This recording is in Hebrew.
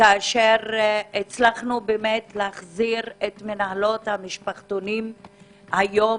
כשהצלחנו להחזיר את מנהלות המשפחתונים היום,